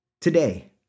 Today